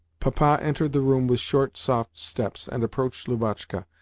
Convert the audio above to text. papa entered the room with short, soft steps, and approached lubotshka.